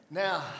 Now